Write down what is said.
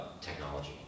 technology